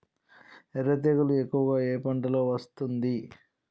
ఎర్ర తెగులు ఎక్కువగా ఏ పంటలో వస్తుంది?